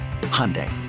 Hyundai